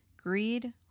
greed